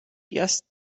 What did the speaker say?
erst